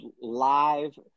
live